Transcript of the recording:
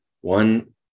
one